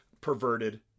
perverted